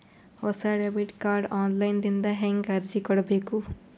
ಹೊಸ debit card online ದಿಂದ ಹೇಂಗ ಅರ್ಜಿ ಕೊಡಬೇಕು?